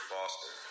Foster